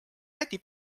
läti